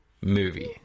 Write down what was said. movie